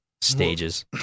stages